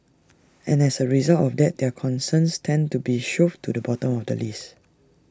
and as A result of that their concerns tend to be shoved to the bottom of the list